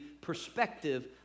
perspective